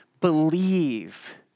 Believe